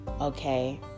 okay